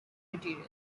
materials